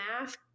math